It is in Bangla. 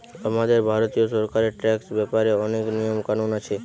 আমাদের ভারতীয় সরকারের ট্যাক্স ব্যাপারে অনেক নিয়ম কানুন আছে